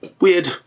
Weird